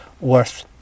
worth